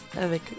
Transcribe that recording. avec